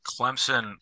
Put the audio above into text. Clemson